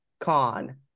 con